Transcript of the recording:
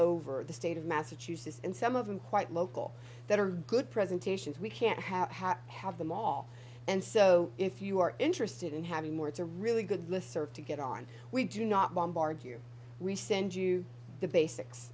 over the state of massachusetts and some of them quite local that are good presentations we can't have have had them all and so if you are interested in having more it's a really good listserv to get on we do not bombard you re send you the basics